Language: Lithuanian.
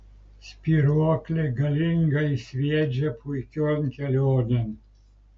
spyruoklė galingai sviedžia puikion kelionėn